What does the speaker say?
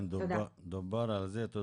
כן, תרצה אטיה,